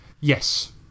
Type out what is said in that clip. Yes